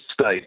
state